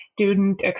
student